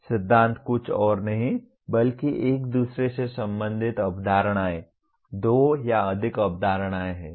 सिद्धांत कुछ और नहीं बल्कि एक दूसरे से संबंधित अवधारणाएं दो या अधिक अवधारणाएं हैं